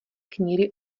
kníry